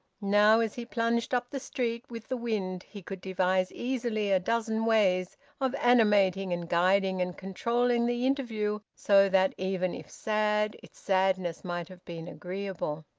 now, as he plunged up the street with the wind, he could devise easily a dozen ways of animating and guiding and controlling the interview so that, even if sad, its sadness might have been agreeable.